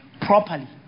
properly